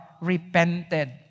repented